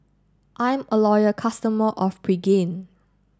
I'm a loyal customer of Pregain